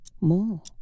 more